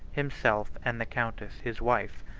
himself, and the countess his wife,